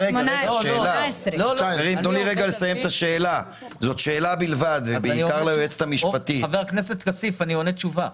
אני מבין שאתם עובדים על 1 חלקי 12,